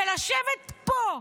ולשבת פה,